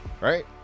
right